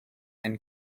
and